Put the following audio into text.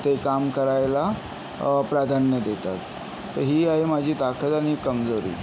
ते काम करायला प्राधान्य देतात तर ही आहे माझी ताकद आणि कमजोरी